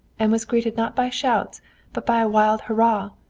and was greeted not by shots but by a wild hurrah.